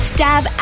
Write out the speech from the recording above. Stab